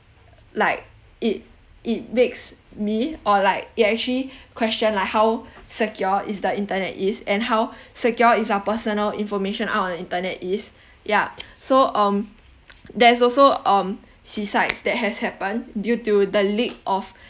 like it it makes me or like it actually question like how secure is the internet is and how secure is our personal information out on internet is yeah so um there's also um suicides that has happened due to the leak of